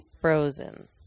Frozen